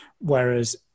Whereas